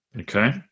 Okay